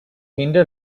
hinder